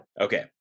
Okay